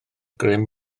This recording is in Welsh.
grym